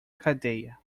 cadeia